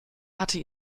hatte